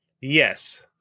Yes